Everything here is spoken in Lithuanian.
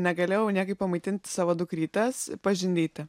negalėjau niekaip pamaitinti savo dukrytės pažindyti